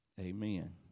Amen